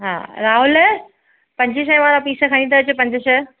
हा राहुल पंजे सवें वारा पीस खणी त अचु पंज छह